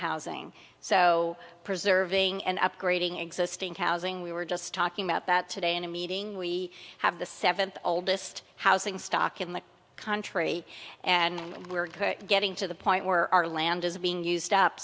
housing so preserving and upgrading existing housing we were just talking about that today in a meeting we have the seventh oldest housing stock in the country and we're good at getting to the point where our land is being used up